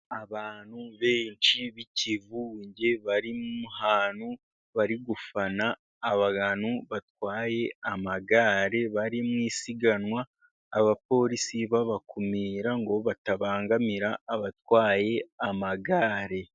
Abantu benshi b'ikivunge, bari ahantu bari gufana abantu, batwaye amagare bari mu isiganwa, abapolisi babakumira ngo batabangamira abatwaye amagare.